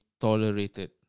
tolerated